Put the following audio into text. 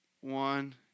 one